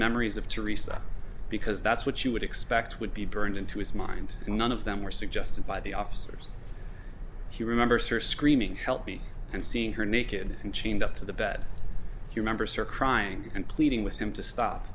memories of teresa because that's what you would expect would be burned into his mind and none of them were suggested by the officers he remembers her screaming help me and seeing her naked and chained up to the bed your members are crying and pleading with him to stop